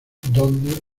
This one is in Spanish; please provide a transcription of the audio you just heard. donde